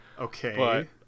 Okay